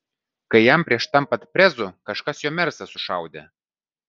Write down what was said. kai jam prieš tampant prezu kažkas jo mersą sušaudė